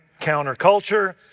counterculture